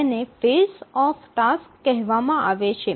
તેને phase of task કહેવામાં આવે છે